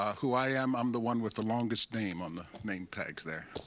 who i am. i'm the one with the longest name on the name tags there.